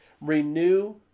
Renew